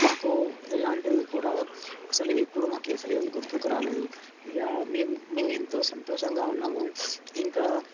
మాకు ఎలాంటివి కూడా అసలు ఎప్పుడు మాకు అసలు ఏమి గుర్తుకురాలేదు ఇక మేము మేమెంతో సంతోషంగా ఉన్నాము ఇంకా